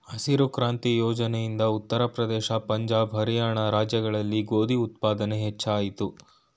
ಹಸಿರು ಕ್ರಾಂತಿ ಯೋಜನೆ ಇಂದ ಉತ್ತರ ಪ್ರದೇಶ, ಪಂಜಾಬ್, ಹರಿಯಾಣ ರಾಜ್ಯಗಳಲ್ಲಿ ಗೋಧಿ ಉತ್ಪಾದನೆ ಹೆಚ್ಚಾಯಿತು